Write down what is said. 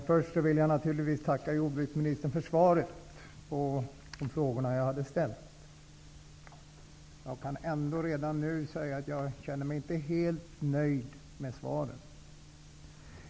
Fru talman! Först vill jag naturligtvis tacka jordbruksministern för svaret på min interpellation, men jag kan ändå redan nu säga att jag inte känner mig helt nöjd med svaret.